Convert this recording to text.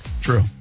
True